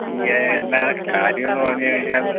ഈ എന്നാ കാര്യം എന്ന് പറഞ്ഞു കയിഞ്ഞാൽ ഒന്ന്